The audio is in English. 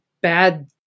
bad